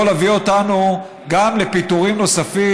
יכול להביא אותנו לפיטורים נוספים,